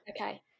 Okay